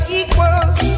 equals